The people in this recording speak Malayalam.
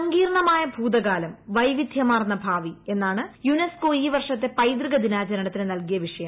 സങ്കീർണ്ണമായ ഭൂതകാലം വൈവിധ്യമാർന്ന ഭാവി എന്നാണ് യുനസ്കോ ഈ വർഷത്തെ പൈതൃക്ക് ദ്രിന്മാചരണത്തിന് നൽകിയ വിഷയം